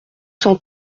cent